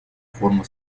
формы